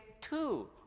two